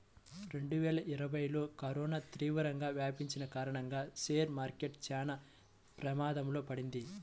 రెండువేల ఇరవైలో కరోనా తీవ్రంగా వ్యాపించిన కారణంగా షేర్ మార్కెట్ చానా ప్రమాదంలో పడింది